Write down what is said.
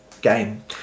game